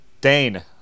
Dane